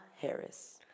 Harris